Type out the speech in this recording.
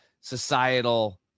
societal